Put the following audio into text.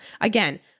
Again